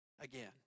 again